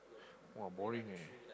!wah! boring eh